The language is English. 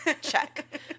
Check